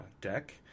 deck